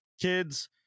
Kids